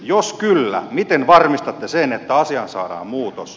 jos kyllä miten varmistatte sen että asiaan saadaan muutos